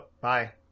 bye